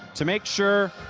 to make sure,